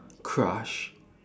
crush